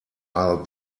are